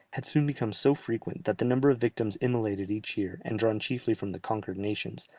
had soon become so frequent, that the number of victims immolated each year, and drawn chiefly from the conquered nations,